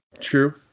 True